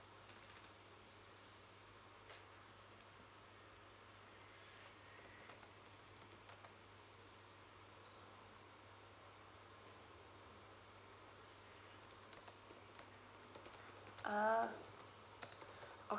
ah